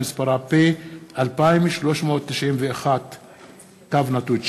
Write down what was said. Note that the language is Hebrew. שמספרה פ/2391/19,